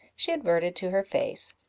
she adverted to her face,